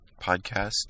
podcast